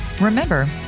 Remember